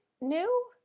new